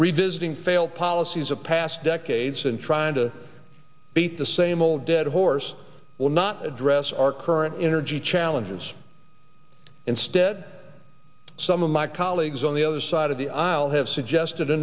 revisiting failed policies of past decades and trying to beat the same old dead horse will not address our current energy challenges instead some of my colleagues on the other side of the aisle have suggested a